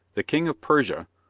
the king of persia,